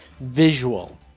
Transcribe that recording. Visual